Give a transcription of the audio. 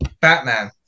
Batman